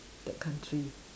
that country